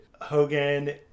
Hogan